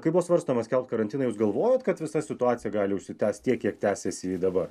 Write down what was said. kai buvo svarstoma skelbti karantiną ims galvoti kad visa situacija gali užsitęsti tiek kiek tęsiasi ji dabar